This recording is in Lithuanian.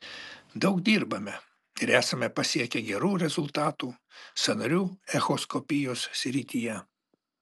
daug dirbame ir esame pasiekę gerų rezultatų sąnarių echoskopijos srityje